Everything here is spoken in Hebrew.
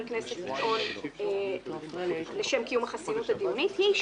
הכנסת לטעון לשם קיום החסינות הדיונית היא,